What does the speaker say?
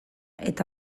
eta